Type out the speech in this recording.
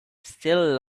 still